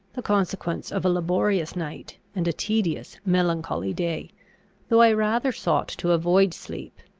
the consequence of a laborious night, and a tedious, melancholy day though i rather sought to avoid sleep,